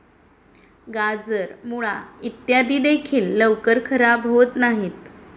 गाजर, मुळा इत्यादी देखील लवकर खराब होत नाहीत